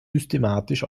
systematisch